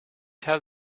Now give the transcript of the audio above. tell